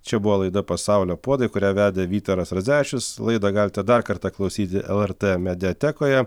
čia buvo laida pasaulio puodai kurią vedė vytaras radzevičius laidą galite dar kartą klausyti lrt mediatekoje